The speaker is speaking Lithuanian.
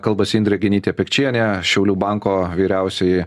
kalbasi indrė genytė pikčienė šiaulių banko vyriausioji